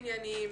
מאוד עניינים,